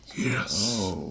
Yes